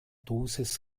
dosis